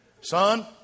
Son